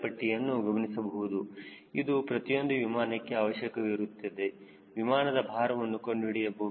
ಹೀಗಾಗಿ ನೀವು ತೂಕದ ವೇಳಾಪಟ್ಟಿಯನ್ನು ಗಮನಿಸಬಹುದು ಅದು ಪ್ರತಿಯೊಂದು ವಿಮಾನಕ್ಕೆ ಆವಶ್ಯಕವಾಗಿರುತ್ತದೆ ವಿಮಾನದ ಭಾರವನ್ನು ಕಂಡುಹಿಡಿಯಬೇಕು